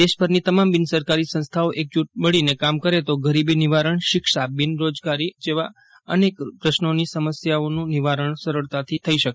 દેશભરની તમામ બિન સરકારી સંસ્થાઓ એક જૂટ મળીને કામ કરે તો ગરીબી નિવારણ શિક્ષા બિન રોજગારી જેવા અનેક પ્રશ્રોની સમસ્યાનું નિવારણ સરળતાથી થઈ શકે